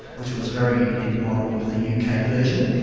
which was very in model with the yeah uk ah version,